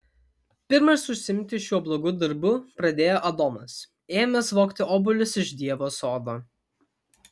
pirmas užsiimti šiuo blogu darbu pradėjo adomas ėmęs vogti obuolius iš dievo sodo